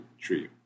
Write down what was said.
tree